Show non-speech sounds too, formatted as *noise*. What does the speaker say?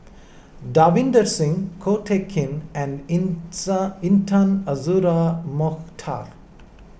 Davinder Singh Ko Teck Kin and *unintelligible* Intan Azura Mokhtar